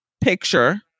picture